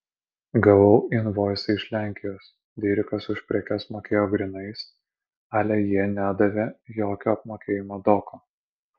gavau invoisą iš lenkijos dirikas už prekes mokėjo grynais ale jie nedavė jokio apmokėjimo doko